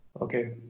Okay